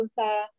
sa